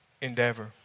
endeavor